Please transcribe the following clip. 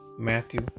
Matthew